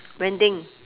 vending